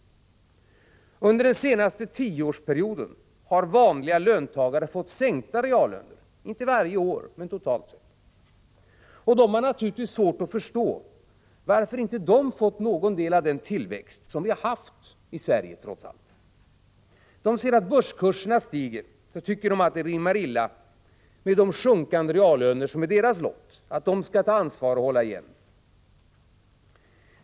Under den senaste tioårsperioden har vanliga löntagare fått sänkta reallöner, inte varje år men totalt sett. Dessa löntagare har naturligtvis svårt att förstå varför de inte får någon del av den tillväxt som vi trots allt har haft i Sverige. De ser att börskurserna stiger och tycker att detta rimmar illa med de sjunkande reallöner som är deras lott och att de skall ta ansvar och hålla igen.